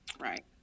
Right